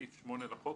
החינוך,